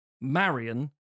Marion